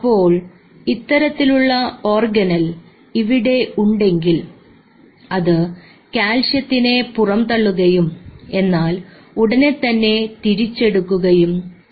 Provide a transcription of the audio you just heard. അപ്പോൾ ഇത്തരത്തിലുള്ള ഓർഗനെൽ ഇവിടെ ഉണ്ടെങ്കിൽ അത് കാൽസ്യത്തിനെ പുറംതള്ളുകയും എന്നാൽ ഉടനെ തന്നെ തിരിച്ചെടുക്കുകയും ചെയ്യും